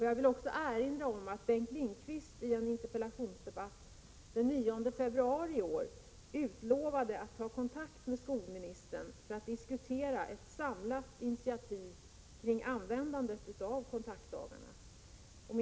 Jag vill också erinra om att Bengt Lindqvist i en interpellationsdebatt den 9 februari i år lovade att ta kontakt med skolministern för att diskutera ett samlat initiativ i fråga om användandet av kontaktdagarna.